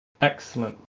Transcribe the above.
excellent